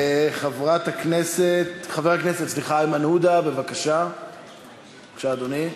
חבר הכנסת איימן עודה, בבקשה, אדוני.